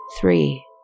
three